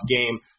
game